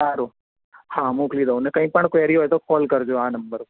સારું હા મોકલી દઉં કંઈ પણ કૅવરી હોય તો કોલ કરજો આ નંબર ઉપર